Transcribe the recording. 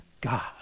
God